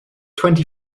twenty